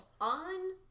On